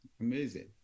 Amazing